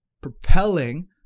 propelling